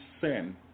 sin